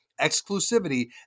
exclusivity